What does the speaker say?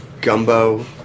gumbo